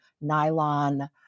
Nylon